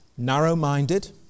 Narrow-minded